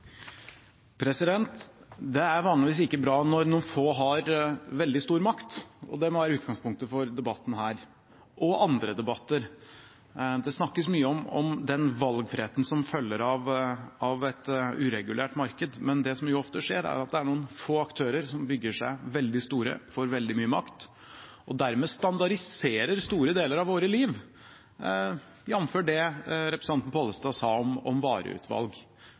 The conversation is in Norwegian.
vanligvis ikke bra når noen få har veldig stor makt, og det må være utgangspunktet for debatten her – og for andre debatter. Det snakkes mye om den valgfriheten som følger av et uregulert marked, men det som ofte skjer, er at det er noen få aktører som bygger seg veldig store, får veldig mye makt og dermed standardiserer store deler av vårt liv, jamfør det representanten Pollestad sa om vareutvalg.